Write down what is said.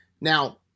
Now